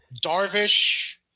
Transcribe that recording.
Darvish